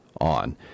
on